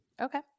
okay